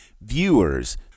viewers